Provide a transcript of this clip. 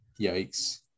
Yikes